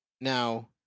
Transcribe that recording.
now